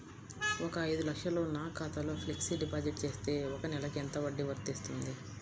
ఒక ఐదు లక్షలు నా ఖాతాలో ఫ్లెక్సీ డిపాజిట్ చేస్తే ఒక నెలకి ఎంత వడ్డీ వర్తిస్తుంది?